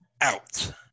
out